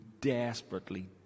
desperately